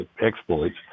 exploits